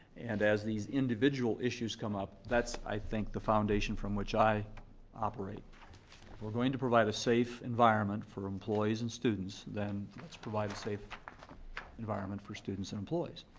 and as these individual issues come up, that's i think the foundation from which i operate. if we're going to provide a safe environment for employees and students, then let's provide a safe environment for students and employees.